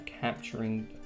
capturing